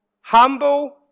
humble